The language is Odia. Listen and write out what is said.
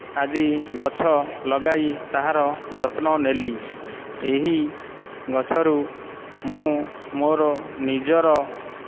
ଆଦି ଗଛ ଲଗାଇ ତାହାର ଯତ୍ନ ନେଲି ଏହି ଗଛରୁ ମୁଁ ମୋର ନିଜର